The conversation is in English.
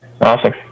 Awesome